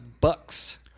Bucks